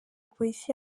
polisi